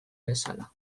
bezala